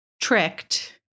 tricked